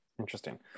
Interesting